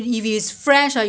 不新鲜的